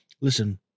Listen